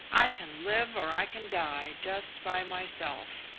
i can live or i can die, just by myself.